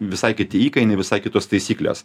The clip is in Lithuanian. visai kiti įkainiai visai kitos taisyklės